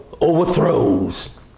overthrows